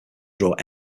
draw